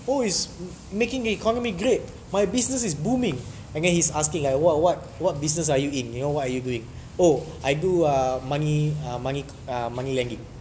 who is making economy great my business is booming again he's asking like what what what business are you in your what are you doing oh I do uh money money money lagging